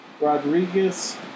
Rodriguez